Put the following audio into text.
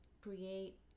create